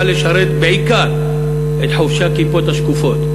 לשרת בעיקר את חובשי הכיפות השקופות,